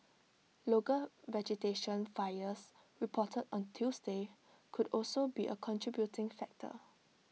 local vegetation fires reported on Tuesday could also be A contributing factor